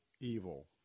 evil